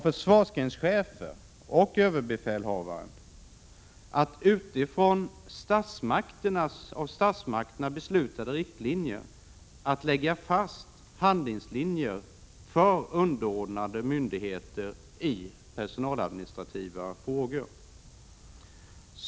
Försvarsgrenschefer och överbefälhavare har att utifrån av statsmakterna beslutade riktlinjer lägga fast handlingslinjer för underordnade myndigheter i personaladministrativa frågor.